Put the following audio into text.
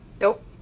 nope